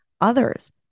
others